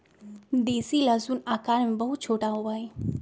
देसी लहसुन आकार में बहुत छोटा होबा हई